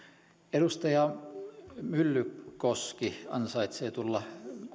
edustaja myllykoski ansaitsee tulla